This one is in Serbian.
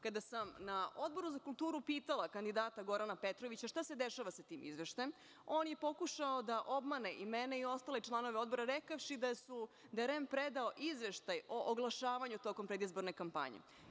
Kada sam na Odboru za kulturu pitala kandidata Gorana Petrovića šta se dešava sa tim izveštajem, on je pokušao da obmane i mene i ostale članove odbora, rekavši da je REM predao izveštaj o oglašavanju tokom predizborne kampanje.